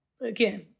again